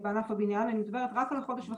מהם 12 בענף הבנייה אני מדברת רק על עובדים.